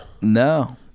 No